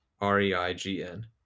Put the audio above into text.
R-E-I-G-N